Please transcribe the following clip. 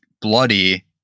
bloody